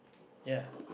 ya